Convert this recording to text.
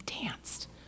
danced